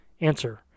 Answer